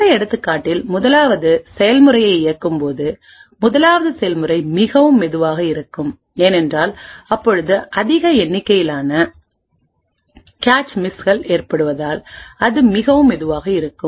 இந்த எடுத்துக்காட்டில்முதலாவது செயல்முறையை இயக்கும்போது முதலாவது செயல்முறை மிகவும் மெதுவாக இருக்கும் ஏனென்றால் அப்பொழுது அதிக எண்ணிக்கையிலான கேச் மிஸ்ஸ்கள் ஏற்படுவதால் அது மிகவும் மெதுவாக இருக்கும்